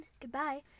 goodbye